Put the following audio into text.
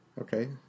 Okay